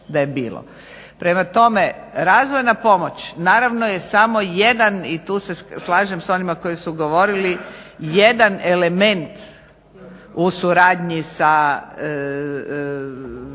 Prema tome, razvojna pomoć naravno je samo jedan i tu se slažem s onima koji su govorili, jedan element u suradnji sa